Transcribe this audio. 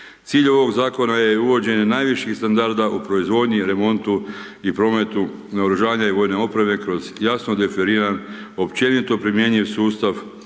Cilj ovog zakona je uvođenje najviših standarda u proizvodnji i remontu i prometu naoružanja i vojne opreme kroz jasno referiran općenito promjenjiv sustav